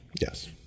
Yes